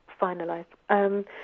finalised